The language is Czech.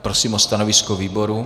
Prosím o stanovisko výboru.